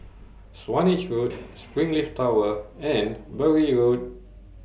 Swanage Road Springleaf Tower and Bury Road